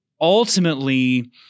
ultimately